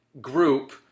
group